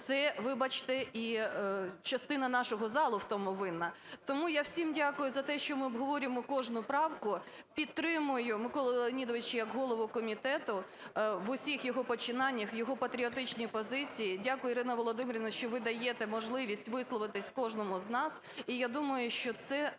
це, вибачте, і частина нашого залу в цьому винна. Тому я всім дякую за те, що ми обговорюємо кожну правку, підтримую Миколу Леонідовича як голову комітету в усіх його починаннях, його патріотичній позиції. Дякую, Ірино Володимирівно, що ви даєте можливість висловитися кожному з нас,